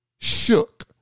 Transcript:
Shook